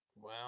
Wow